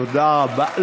תודה רבה.